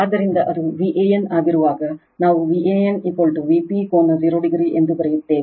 ಆದ್ದರಿಂದ ಅದು Van ಆಗಿರುವಾಗ ನಾವು Van Vp ಕೋನ 0 o ಎಂದು ಬರೆಯುತ್ತೇವೆ